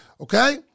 Okay